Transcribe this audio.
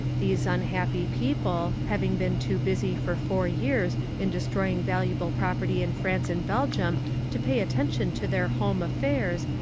these unhappy people, having been too busy for four years in destroying valuable property in france and belgium to pay attention to their home affairs,